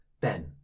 ben